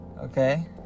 Okay